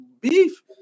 Beef